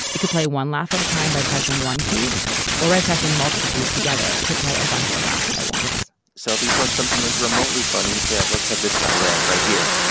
it could play one laugh at a time by pressing one key or by pressing multiple keys together. it could play a bunch of laughs at once so if you thought something was remotely funny, it's here. let's have this guy laugh right here.